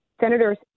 senators